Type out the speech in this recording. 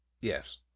Yes